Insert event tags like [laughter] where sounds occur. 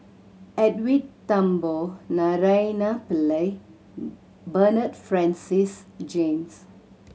Edwin Thumboo Naraina Pillai [noise] Bernard Francis James